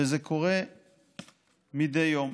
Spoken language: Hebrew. וזה קורה מדי יום.